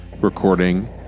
recording